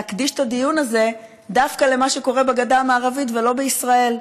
להקדיש את הדיון הזה דווקא למה שקורה בגדה המערבית ולא בישראל.